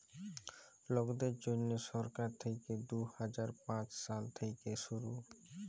লকদের জ্যনহে সরকার থ্যাইকে দু হাজার পাঁচ সাল থ্যাইকে শুরু